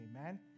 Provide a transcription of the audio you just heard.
Amen